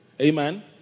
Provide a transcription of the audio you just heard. Amen